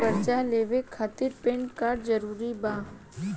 कर्जा लेवे खातिर पैन कार्ड जरूरी बा?